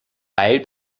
beil